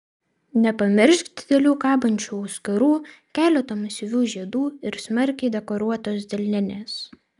nepamiršk didelių kabančių auskarų keleto masyvių žiedų ir smarkiai dekoruotos delninės